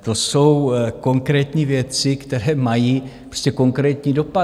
To jsou konkrétní věci, které mají prostě konkrétní dopad.